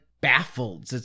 baffled